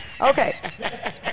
Okay